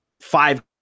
five